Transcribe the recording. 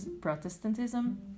Protestantism